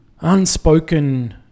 unspoken